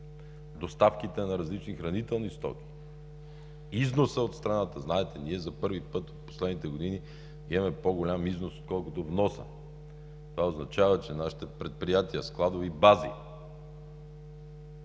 доставките на различни хранителни стоки, с износа от страната. Знаете, ние за първи път в последните години имаме по-голям износ, отколкото внос. Това означава, че нашите предприятия, складови бази